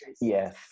Yes